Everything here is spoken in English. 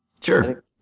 Sure